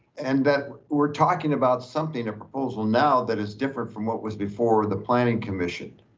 and that we're talking about something, a proposal now that is different from what was before the planning commission.